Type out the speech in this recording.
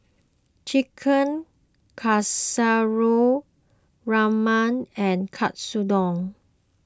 Chicken Casserole Rajma and Katsudon